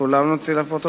הכול הולך לפרוטוקול?